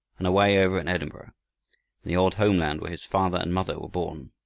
and away over in edinburgh, in the old homeland where his father and mother were born.